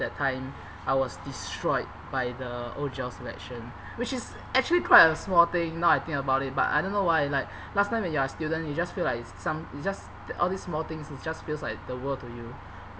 that time I was destroyed by the O_G_L selection which is actually quite a small thing now I think about it but I don't know why like last time when you are student you just feel like is some just all these small things it just feels like the world to you